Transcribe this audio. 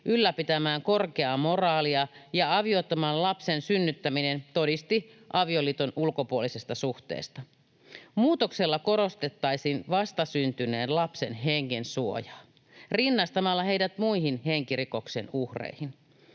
ylläpitämään korkeaa moraalia ja aviottoman lapsen synnyttäminen todisti avioliiton ulkopuolisesta suhteesta. Muutoksella korostettaisiin vastasyntyneen lapsen hengen suojaa rinnastamalla heidät muihin henkirikoksen uhreihin.